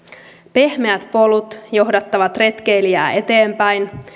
pehmeät polut johdattavat retkeilijää eteenpäin